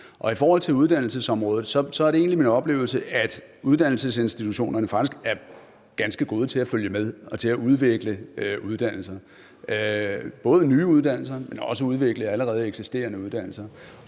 ud. I forhold til uddannelsesområdet er det egentlig min oplevelse, at uddannelsesinstitutionerne faktisk er ganske gode til at følge med og til at udvikle uddannelserne, både nye uddannelser, men også allerede eksisterende uddannelser,